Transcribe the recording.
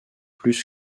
plus